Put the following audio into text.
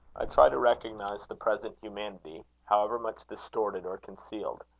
i try to recognise the present humanity, however much distorted or concealed.